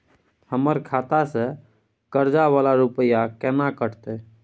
हमर खाता से कर्जा वाला रुपिया केना कटते?